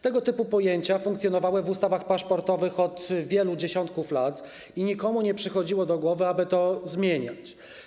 Tego typu pojęcia funkcjonowały w ustawach paszportowych od wielu dziesiątków lat i nikomu nie przychodziło do głowy, aby to zmieniać.